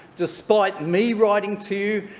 despite me writing to you,